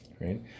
Right